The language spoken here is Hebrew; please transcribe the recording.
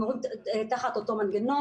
הם עובדים תחת אותו מנגנון,